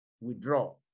Withdraw